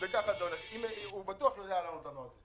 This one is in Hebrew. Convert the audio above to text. הוא בטוח ידע לענות לנו על זה.